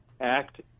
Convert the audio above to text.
act